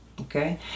Okay